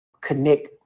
connect